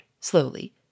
slowly